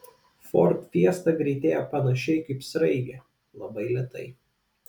ford fiesta greitėja panašiai kaip sraigė labai lėtai